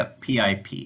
PIP